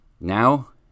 Now